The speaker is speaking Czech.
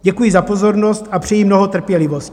Děkuji za pozornost a přeji mnoho trpělivosti.